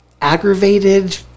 aggravated